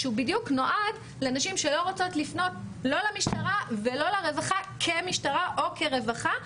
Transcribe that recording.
שנועד בדיוק לנשים שלא רוצות לפנות למשטרה ולרווחה כמשטרה או כרווחה,